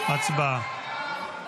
הצבעה.